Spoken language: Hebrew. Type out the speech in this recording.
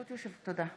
תודה.